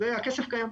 הכסף קיים.